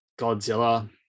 Godzilla